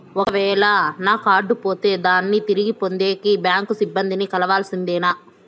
ఒక వేల నా కార్డు పోతే దాన్ని తిరిగి పొందేకి, బ్యాంకు సిబ్బంది ని కలవాల్సిందేనా?